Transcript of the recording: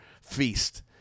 feast